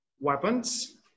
weapons